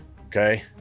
okay